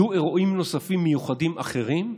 יהיו אירועים נוספים מיוחדים אחרים.